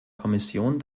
kommission